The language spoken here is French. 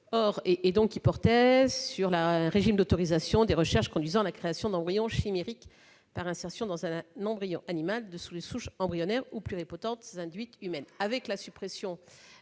auteur. Le sujet est le régime d'autorisation des recherches conduisant à la création d'embryons chimériques par insertion dans un embryon animal de cellules souches embryonnaires ou pluripotentes induites humaines. Depuis la suppression